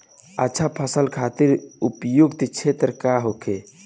अच्छा फसल खातिर उपयुक्त क्षेत्र का होखे?